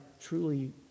truly